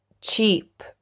cheap